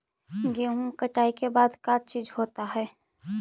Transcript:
गेहूं कटाई के बाद का चीज होता है?